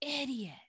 idiot